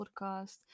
podcast